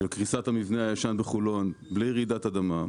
של קריסת המבנה הישן בלי רעידת אדמה,